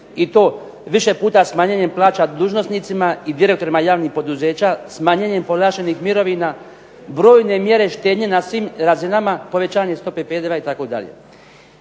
i to više puta smanjenjem plaća dužnosnicima i direktorima javnih poduzeća, smanjenjem povlaštenih mirovina, brojne mjere štednje na svim razinama, povećanje stope PDV-a itd.